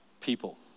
people